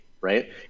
right